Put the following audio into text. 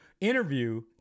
interview